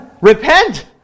Repent